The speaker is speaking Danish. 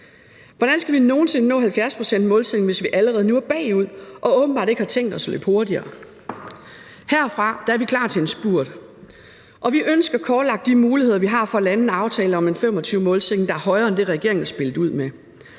Hvordan skal vi nogen sinde nå 70-procentsmålsætningen, hvis vi allerede er bagud og åbenbart ikke har tænkt os at løbe hurtigere? Herfra er vi klar til en spurt, og vi ønsker at få kortlagt de muligheder, vi har for at lande en aftale om en 2025-målsætning, der er højere end det, regeringen har spillet ud med.